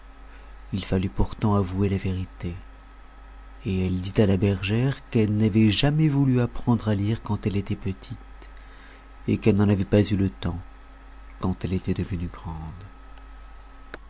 il fallut pourtant avouer la vérité et elle dit à la bergère qu'elle n'avait jamais voulu apprendre à lire quand elle était petite et qu'elle n'en avait pas eu le temps quand elle était devenue grande